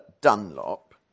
Dunlop